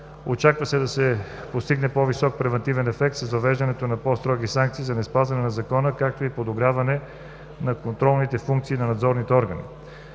Очаква се да се постигне по-висок превантивен ефект с въвеждането на по-строги санкции за неспазване на Закона, както и подобряване на контролните функции на надзорните органи.